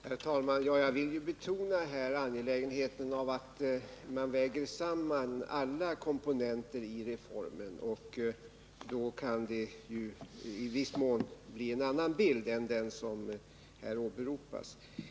Herr talman! Jag vill betona angelägenheten av att man väger samman alla komponenter i reformen. Man kan då få en i viss mån annan bild än den som här åberopas.